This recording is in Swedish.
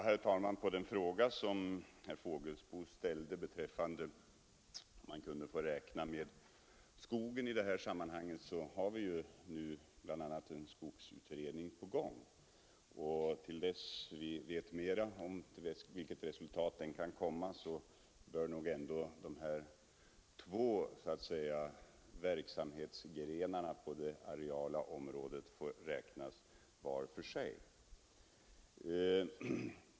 Herr talman! Herr Fågelsbo ställde frågan om man kunde få räkna med skogen när det gäller att åstadkomma bärkraftiga jordbruk. Vi har ju nu bl.a. en skogsutredning på gång, och till dess vi vet mera om resultatet av den bör nog ändå de här två verksamhetsgrenarna på det areala området få räknas var för sig.